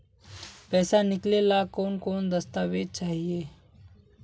पैसा निकले ला कौन कौन दस्तावेज चाहिए?